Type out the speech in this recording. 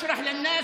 להלן תרגומם: